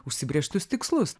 užsibrėžtus tikslus